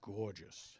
gorgeous